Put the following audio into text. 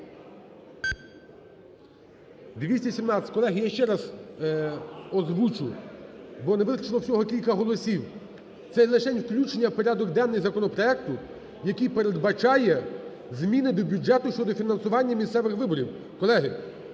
За-217 Колеги, я ще раз озвучу, бо не вистачило всього кілька голосів. Це лишень включення у порядок денний законопроекту, який передбачає зміни до бюджету і щодо фінансування місцевих виборів. Колеги,